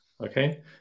okay